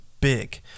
big